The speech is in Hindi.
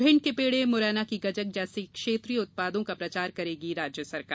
भिण्ड के पेड़े मुरैना की गजक जैसे क्षेत्रीय उत्पादों का प्रचार करेगी राज्य सरकार